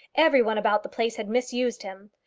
every one about the place had misused him.